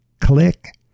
click